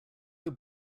your